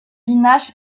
nash